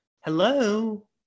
Hello